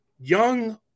Young